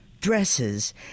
dresses